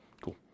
Cool